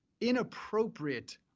inappropriate